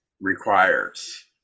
requires